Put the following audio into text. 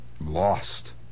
Lost